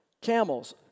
camels